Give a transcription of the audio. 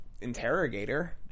interrogator